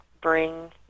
bring